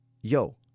yo